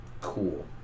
Cool